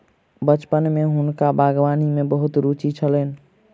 बचपने सॅ हुनका बागवानी में बहुत रूचि छलैन